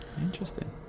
Interesting